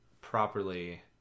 properly